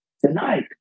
tonight